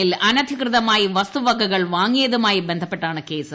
നിൽ അനധികൃതമായി വസ്തുവകകൾ വാങ്ങിയതുമായി ബന്ധപ്പെട്ടാണ് കേസ്